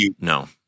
No